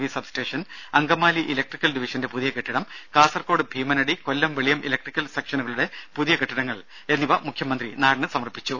V substation Angamaly electrical ഡിവിഷന്റെ പുതിയ കെട്ടിടം കാസർകോഡ് ഭീമനടി കൊല്ലം വെളിയം ഇലക്ട്രിക്കൽ സെക്ഷനുകളുടെ പുതിയ കെട്ടിടങ്ങൾ എന്നിവ മുഖ്യമന്ത്രി നാടിന് സമർപ്പിച്ചു